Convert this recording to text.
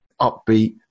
upbeat